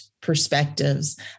perspectives